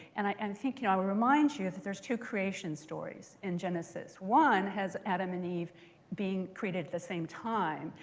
and i and think you know i would remind you that there's two creation stories in genesis. one has adam and eve being created at the same time.